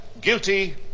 guilty